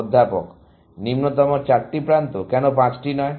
অধ্যাপক নিম্নতম চারটি প্রান্ত কেন পাঁচটি নয়